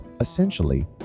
Essentially